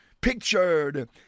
pictured